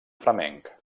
flamenc